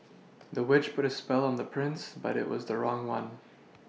the witch put a spell on the prince but it was the wrong one